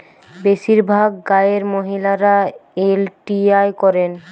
বেশিরভাগ গাঁয়ের মহিলারা এল.টি.আই করেন